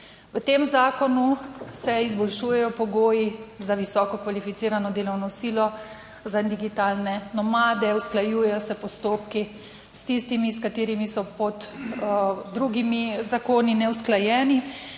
V tem zakonu se izboljšujejo pogoji za visoko kvalificirano delovno silo za digitalne nomade. Usklajujejo se postopki s tistimi, s katerimi so pod drugimi zakoni neusklajeni.